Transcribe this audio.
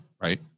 right